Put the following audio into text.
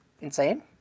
insane